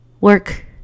work